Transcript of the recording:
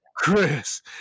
Chris